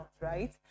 right